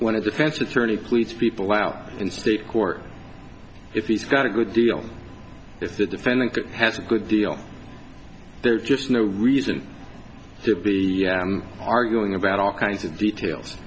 of defense attorney please people out in state court if he's got a good deal if the defendant has a good deal there's just no reason to be arguing about all kinds of details